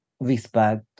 respect